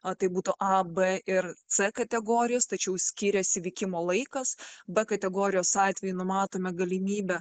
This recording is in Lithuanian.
a tai būtų a b ir c kategorijos tačiau skiriasi vykimo laikas b kategorijos atveju numatome galimybę